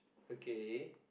okay